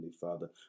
Father